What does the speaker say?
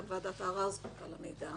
גם היא זקוקה למידע.